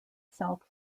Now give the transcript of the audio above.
south